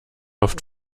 oft